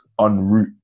unroot